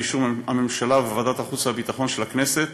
באישור הממשלה וועדת החוץ הביטחון של הכנסת,